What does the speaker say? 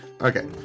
Okay